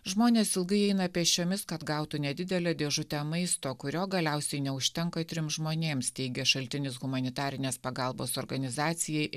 žmonės ilgai eina pėsčiomis kad gautų nedidelę dėžutę maisto kurio galiausiai neužtenka trims žmonėms teigia šaltinis humanitarinės pagalbos organizacijai